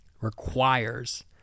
requires